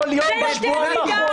זה כל יום בשבועיים האחרונים,